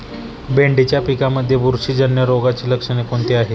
भेंडीच्या पिकांमध्ये बुरशीजन्य रोगाची लक्षणे कोणती आहेत?